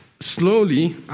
slowly